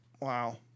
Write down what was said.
wow